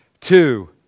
Two